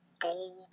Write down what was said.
bold